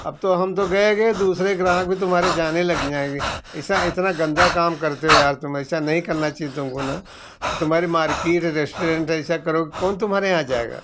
अब तो हम तो गए गए दूसरे दूसरे के ग्राहक भी तुम्हारे जाने लग जाएँगे ऐसा इतना गन्दा काम करते हो यार तुम ऐसा नहीं करना चाहिए तुमको ना तुम्हारी मार्किट है रेस्टॉरेंट है ऐसा करोगे कौन तुम्हारे यहाँ जाएगा